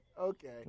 Okay